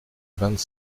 vingt